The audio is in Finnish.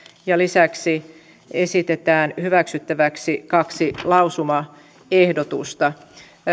ja lisäksi esitetään hyväksyttäväksi kaksi lausumaehdotusta